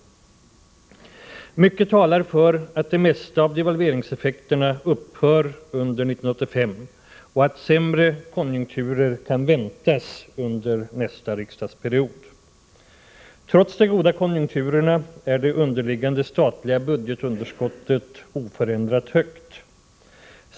Mycket talar för att det mesta av devalveringseffekterna upphör under 1985 och att sämre konjunkturer kan väntas under nästa riksdagsperiod. Trots de goda konjunkturena är det underliggande statliga budgetunderskottet oförändrat högt.